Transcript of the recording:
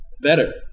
better